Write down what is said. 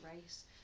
race